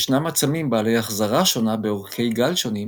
ישנם עצמים בעלי החזרה שונה באורכי גל שונים